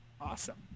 Awesome